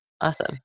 Awesome